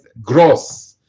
gross